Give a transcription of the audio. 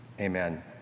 Amen